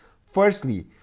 Firstly